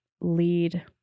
lead